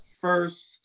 first